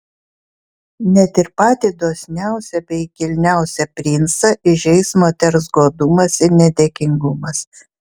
net ir patį dosniausią bei kilniausią princą įžeis moters godumas ir nedėkingumas